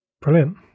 brilliant